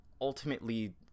ultimately